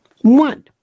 One